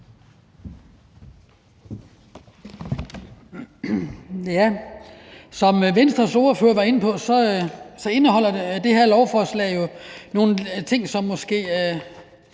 Som Venstres ordfører var inde på, indeholder det her lovforslag jo nogle ting, som måske